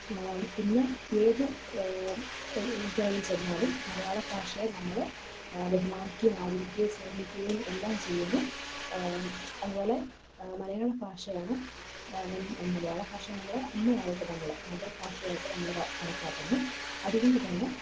ഇന്ന് ഏതു തുറയിൽ ചെന്നാലും മലയാള ഭാഷയെ നമ്മൾ ബഹുമാനിക്കുകയും ആദരിക്കുകയും സ്നേഹിക്കുകയും എല്ലാം ചെയ്യുന്നു അതുപോലെ മലയാള ഭാഷയാണ് മലയാള ഭാഷയെ നമ്മുടെ അമ്മയായിട്ട് നമ്മൾ മാതൃഭാഷയായിട്ട് നമ്മൾ കണക്കാക്കുന്നു അതുകൊണ്ടുതന്നെ